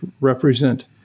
represent